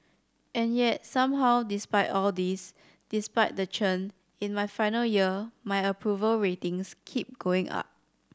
and yet somehow despite all this despite the churn in my final year my approval ratings keep going up